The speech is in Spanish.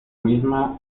misma